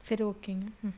சரி ஓகேங்க ம்